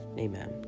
Amen